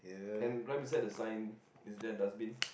and right me set the side is that a dustbin